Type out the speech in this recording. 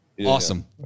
Awesome